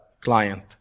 client